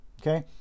okay